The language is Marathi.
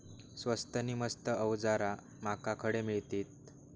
स्वस्त नी मस्त अवजारा माका खडे मिळतीत?